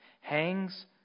hangs